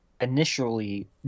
initially